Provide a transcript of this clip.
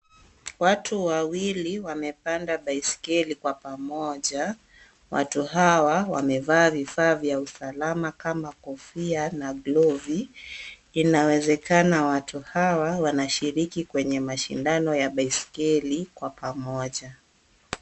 Watu wawili wamepanda baiskeli kwa pamoja. Watu hawa wamevaa vifaa vya usalama kama kofia na glove .Inawezekana watu hawa wanashiriki kwenye mashindano ya baiskeli kwa pamoja.